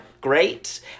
great